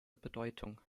bedeutung